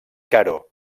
caro